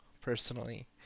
personally